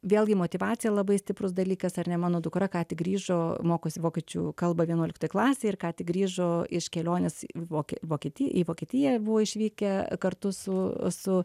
vėlgi motyvacija labai stiprus dalykas ar ne mano dukra ką tik grįžo mokosi vokiečių kalbą vienuoliktoj klasėj ir ką tik grįžo iš kelionės į vokė vokietija į vokietiją buvo išvykę kartu su su